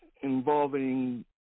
involving